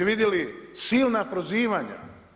vidjeli silna prozivanja.